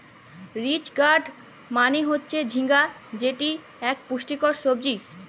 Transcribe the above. ridge gourd মালে হচ্যে ঝিঙ্গা যেটি ইক পুষ্টিকর সবজি